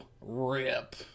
Rip